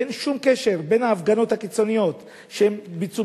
ואין שום קשר בין ההפגנות הקיצוניות שביצעו